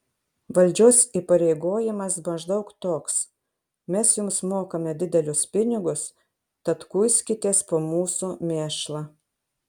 valdžios įpareigojimas maždaug toks mes jums mokame didelius pinigus tad kuiskitės po mūsų mėšlą